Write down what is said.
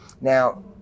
Now